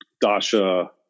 Dasha